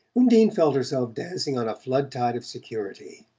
undine felt herself dancing on a flood-tide of security.